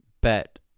bet